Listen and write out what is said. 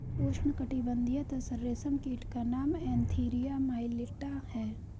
उष्णकटिबंधीय तसर रेशम कीट का नाम एन्थीरिया माइलिट्टा है